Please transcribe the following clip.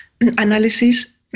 analysis